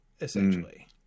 essentially